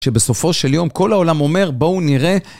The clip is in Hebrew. שבסופו של יום כל העולם אומר, בואו נראה.